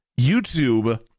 youtube